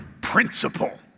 principle